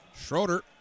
Schroeder